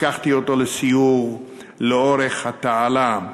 לקחתי אותו לסיור לאורך התעלה.